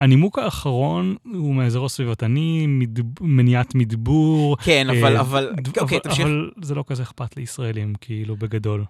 הנימוק האחרון הוא מאזור הסביבתנים, מניעת מדבור. כן, אבל... אוקיי, תמשיך. אבל זה לא כזה אכפת לישראלים, כאילו, בגדול.